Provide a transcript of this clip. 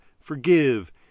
forgive